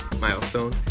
milestone